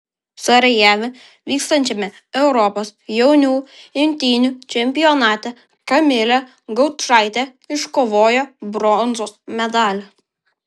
sarajeve vykstančiame europos jaunių imtynių čempionate kamilė gaučaitė iškovojo bronzos medalį